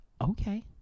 Okay